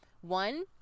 one